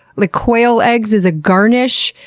like quail eggs as a garnish,